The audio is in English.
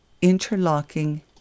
interlocking